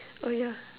oh yeah